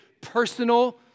personal